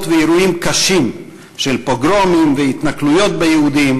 ואירועים קשים של פוגרומים והתנכלויות ליהודים,